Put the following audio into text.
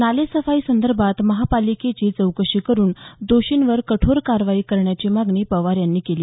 नालेसफाई संदर्भात महापालिकेची चौकशी करून दोषींवर कठोर कारवाई करण्याची मागणी पवार यांनी केली